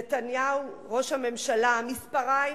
נתניהו, ראש הממשלה, המספריים